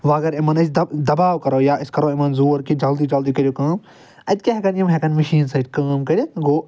وۄنۍ اگر یِمَن أسۍ دَباو کَرُو یا أسۍ کرو یِمن زور کہِ جلدی جلدی کٔرِو کٲم اَتہِ کیٛاہ ہیٚکَن یِم ہیٚکن مِشیٖنۍ سۭتۍ کٲم کٔرِتھ گوٚو